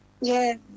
yes